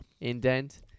indent